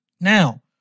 Now